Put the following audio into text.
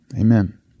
Amen